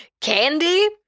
candy